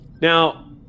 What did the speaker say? Now